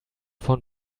von